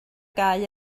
gau